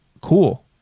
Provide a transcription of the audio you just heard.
Cool